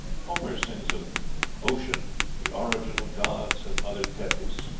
homer sings of ocean, the origin of gods and mother tethys.